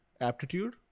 aptitude